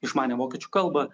išmanė vokiečių kalbą